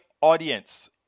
audience